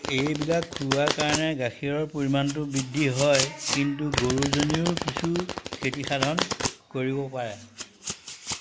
এইবিলাক খোওৱাৰ কাৰণে গাখীৰৰ পৰিমাণটো বৃদ্ধি হয় কিন্তু গৰুজনীও কিছু ক্ষতিসাধন কৰিব পাৰে